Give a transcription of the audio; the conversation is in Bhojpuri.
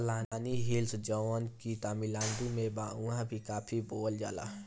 पलानी हिल्स जवन की तमिलनाडु में बा उहाँ भी काफी बोअल जाला